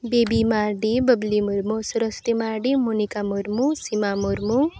baby Mardi Babli Murmu Saraswati Mardi Munika Murmu Sima Murmu